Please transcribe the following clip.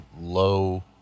low